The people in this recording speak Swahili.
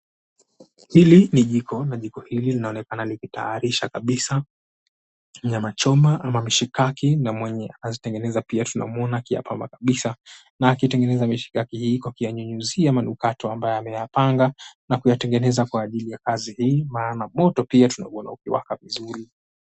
Hili ni jiko na jiko hili linaonekana likitayarisha kabisa nyama choma ama mishikaki na mwenye anazitengeneza pia tunamuona akiapama kabisa. Na akitengeneza mishikaki hii kwa kinyunyuzia manukato ambaye ameyapanga na kuyatengeneza kwa ajili ya kazi hii maana moto pia tunauona ukiwaka vizuri.